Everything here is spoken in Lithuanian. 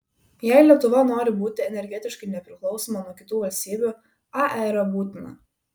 jei lietuva nori būti energetiškai nepriklausoma nuo kitų valstybių ae yra būtina